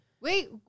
Wait